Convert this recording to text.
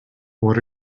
what